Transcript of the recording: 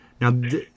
Now